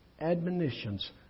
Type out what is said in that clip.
admonitions